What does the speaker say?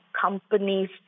companies